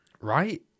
Right